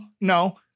no